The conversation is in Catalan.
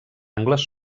angles